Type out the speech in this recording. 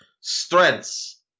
Strengths